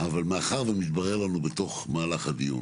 אבל מאחר ומתברר לנו בתוך מהלך הדיון